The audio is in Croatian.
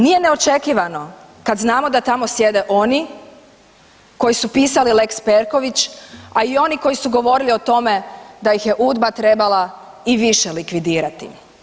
Nije neočekivano kad znamo da tamo sjede oni koji su pitali lex Perković, a i oni koji su govorili o tome da ih je UDBA trebala i više likvidirati.